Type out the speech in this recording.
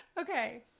okay